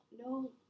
no